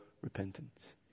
repentance